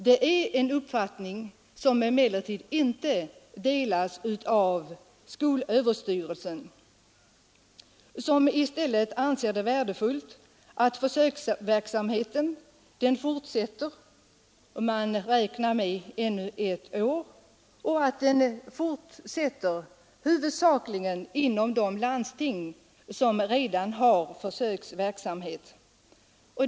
Det är en uppfattning som emellertid inte delas av skolöverstyrelsen, som i stället anser det värdefullt att försöksverksamheten fortsätter ännu ett år, huvudsakligen inom de landsting som redan är med i försöksverksamheten.